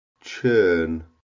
churn